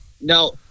No